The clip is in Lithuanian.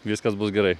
viskas bus gerai